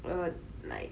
uh like